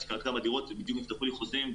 יש לי כאן כמה דירות ובדיוק נפתחו לי חוזים,